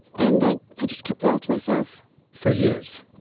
and i, i just kept it all to myself for years?